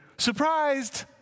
Surprised